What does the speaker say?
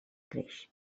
creix